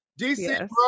DC